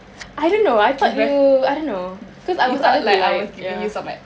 I don't know I thought you I don't know cause I look up to like ya